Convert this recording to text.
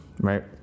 right